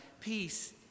peace